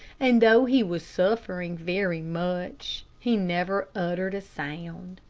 and though he was suffering very much, he never uttered a sound.